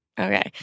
okay